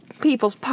people's